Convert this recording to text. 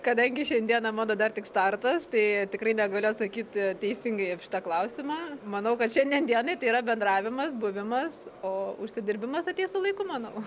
kadangi šiandieną mano dar tik startas tai tikrai negaliu atsakyt teisingai apie šitą klausimą manau kad šiandien dienai tai yra bendravimas buvimas o užsidirbimas ateis su laiku manau